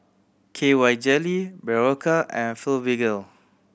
K Y Jelly Berocca and Blephagel